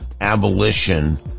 abolition